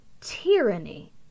tyranny